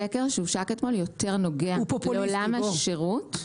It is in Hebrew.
הסקר שהושק אתמול יותר נוגע לעולם השירות.